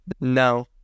No